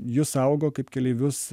jus saugo kaip keleivius